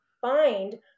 find